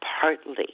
partly